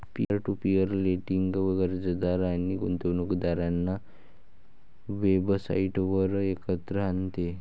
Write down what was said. peer to peer lending कर्जदार आणि गुंतवणूकदारांना वेबसाइटवर एकत्र आणते